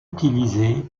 utilisée